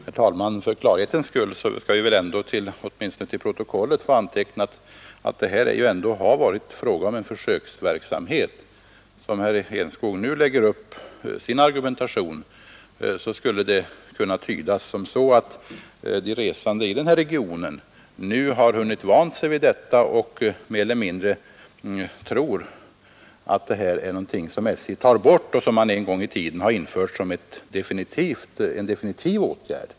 Herr talman! För klarhetens skull skall vi väl åtminstone få antecknat till protokollet att det här ändå har varit fråga om en försöksverksamhet. Som herr Enskog nu lägger upp sin argumentation skulle situationen kunna tydas som så, att de resande i den här regionen nu har hunnit vänja sig vid rabattresorna och mer eller mindre tror att SJ tar bort någonting som man en gång i tiden har infört som en definitiv åtgärd.